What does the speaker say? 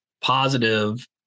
positive